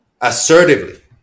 Assertively